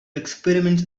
experiments